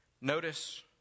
Notice